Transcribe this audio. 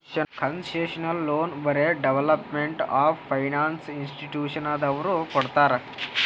concessional loan ಬರೇ development of finance ಇನ್ಸ್ಟಿಟ್ಯೂಷನದವ್ರು ಕೊಡ್ತಾರ್